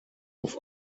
auf